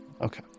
Okay